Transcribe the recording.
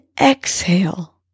exhale